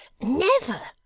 Never